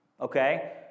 okay